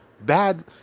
Bad